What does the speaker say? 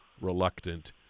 reluctant